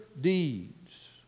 deeds